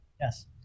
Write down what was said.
Yes